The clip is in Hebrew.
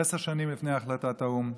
עשר שנים לפני החלטת האו"ם,